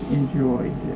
enjoyed